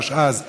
התשע"ז 2017,